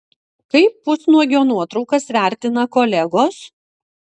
kaip pusnuogio nuotraukas vertina kolegos